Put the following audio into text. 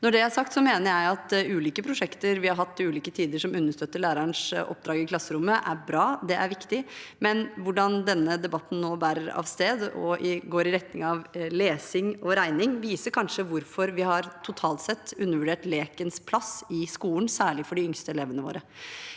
Når det er sagt, mener jeg at ulike prosjekter vi har hatt til ulike tider som understøtter lærerens oppdrag i klasserommet, er bra. Det er viktig. Men hvordan denne debatten nå bærer av sted og går i retning av lesing og regning, viser kanskje hvorfor vi totalt sett har undervurdert lekens plass i skolen, særlig for de yngste elevene våre.